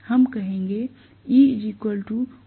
हम कहेंगे